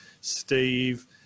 Steve